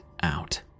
out